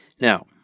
now